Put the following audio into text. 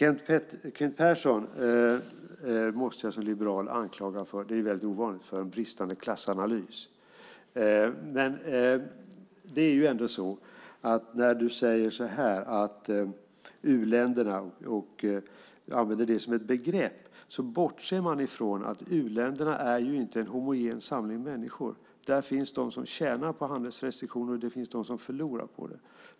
Som liberal måste jag anklaga Kent Persson för en bristande klassanalys, vilket är väldigt ovanligt. Du använder u-länderna som ett begrepp, men då bortser du ifrån att u-länderna inte är någon homogen samling människor. Det finns de som tjänar på handelsrestriktioner, och det finns de som förlorar på dem.